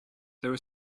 were